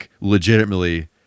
legitimately